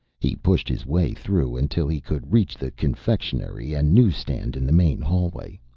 he pushed his way through until he could reach the confectionery and news-stand in the main hallway.